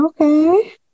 Okay